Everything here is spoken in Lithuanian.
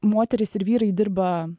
moterys ir vyrai dirba